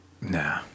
Nah